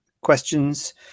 questions